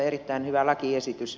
erittäin hyvä lakiesitys